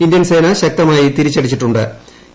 Indian സേന ശക്തമായി തിരിച്ചടിച്ചിട്ടു ്